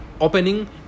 opening